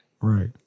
Right